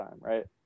right